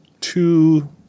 two